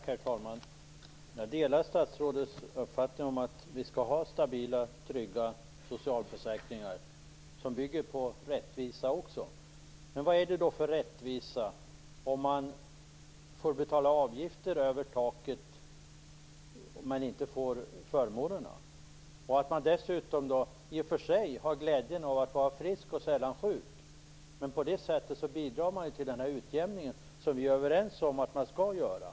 Herr talman! Jag delar statsrådets uppfattning att vi skall ha stabila, trygga socialförsäkringar som också bygger på rättvisa. Men vad är det för rättvisa om man får betala avgifter över taket men inte får förmånerna? I och för sig har man glädje av att vara frisk och sällan sjuk, men på det sättet bidrar man ju till denna utjämning. Det är vi överens om att man skall göra.